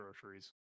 groceries